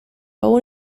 aún